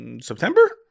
September